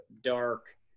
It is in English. dark